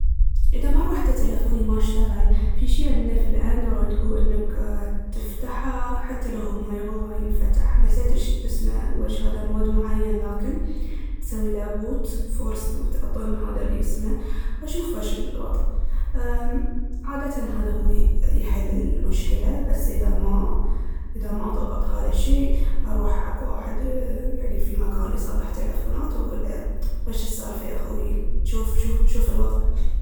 اذا مرة وحدة تيلفوني ما اشتغل في شي عندنا في الأندرويد هو انك تفتحه حتى لو هو ما يبغى ينفتح نسيت ويش اسمه ويش هادا مود معين لكن، تسوي ليه بوت، فورس بوت أضن هاذا اسمه واشوف ويش الوضع أمم عادةً هاذا يحل المشكلة اذا ما ضبط هاذا الشي أروح حق واحد يعني في مكان يصلح تيلفونات واقول ليه ويش السالفة يا أخوي؟ شوف شوف الوضع